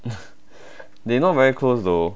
they not very close though